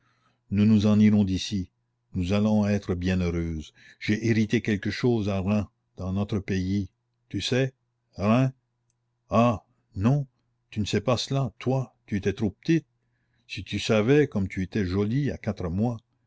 nous nous en irons d'ici nous allons être bien heureuses j'ai hérité quelque chose à reims dans notre pays tu sais reims ah non tu ne sais pas cela toi tu étais trop petite si tu savais comme tu étais jolie à quatre mois